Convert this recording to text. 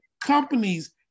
companies